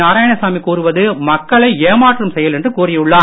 நாராயணசாமி கூறுவது மக்களை ஏமாற்றும் செயல் என்று கூறியுள்ளார்